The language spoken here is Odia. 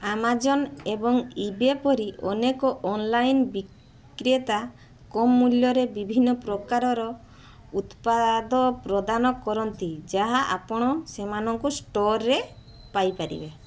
ଆମାଜନ ଏବଂ ଇବେ ପରି ଅନେକ ଅନଲାଇନ୍ ବିକ୍ରେତା କମ୍ ମୂଲ୍ୟରେ ବିଭିନ୍ନ ପ୍ରକାରର ଉତ୍ପାଦ ପ୍ରଦାନ କରନ୍ତି ଯାହା ଆପଣ ସେମାନଙ୍କୁ ଷ୍ଟୋର୍ରେ ପାଇପାରିବେ